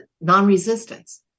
non-resistance